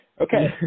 Okay